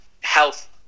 health